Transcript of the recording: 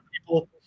people